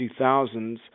2000s